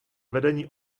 vedení